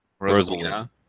Rosalina